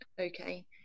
okay